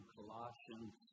Colossians